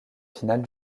finale